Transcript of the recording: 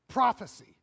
Prophecy